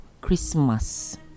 Christmas